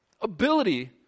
ability